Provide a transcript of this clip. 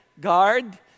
Guard